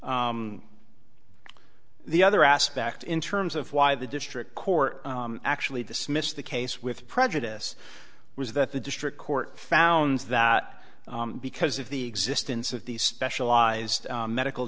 basis the other aspect in terms of why the district court actually dismissed the case with prejudice was that the district court found that because of the existence of these specialized medical